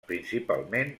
principalment